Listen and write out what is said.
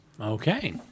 Okay